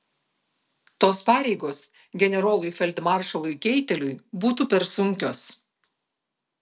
tos pareigos generolui feldmaršalui keiteliui būtų per sunkios